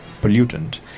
pollutant